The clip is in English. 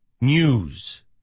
news